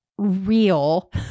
real